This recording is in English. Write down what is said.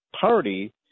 Party